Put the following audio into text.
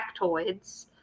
factoids